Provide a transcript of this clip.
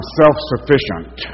self-sufficient